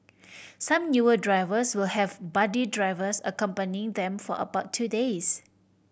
some newer drivers will have buddy drivers accompanying them for about two days